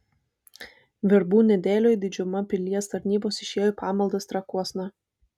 verbų nedėlioj didžiuma pilies tarnybos išėjo į pamaldas trakuosna